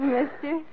Mister